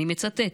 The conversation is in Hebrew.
אני מצטטת: